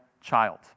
child